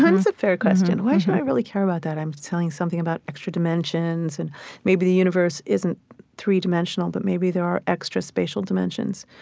a fair question, why should i really care about that? i'm telling something about extra dimensions and maybe the universe isn't three-dimensional, but maybe there are extra spatial dimensions.